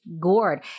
gourd